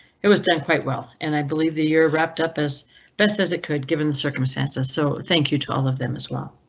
it was done quite well and i believe that you're wrapped up as best as it could given the circumstances. so thank you to all of them as well.